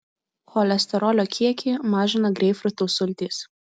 cholesterolio kiekį mažina greipfrutų sultys